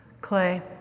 Clay